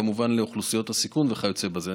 כמובן לאוכלוסיות הסיכון וכיוצא בזה.